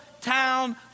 town